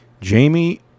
Jamie